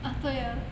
啊对啊